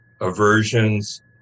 aversions